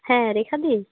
হ্যাঁ রেখাদি